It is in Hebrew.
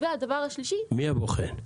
מי הבוחן?